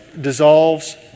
dissolves